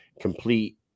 complete